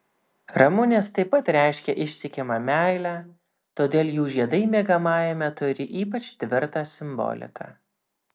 ramunės taip pat reiškia ištikimą meilę todėl jų žiedai miegamajame turi ypač tvirtą simboliką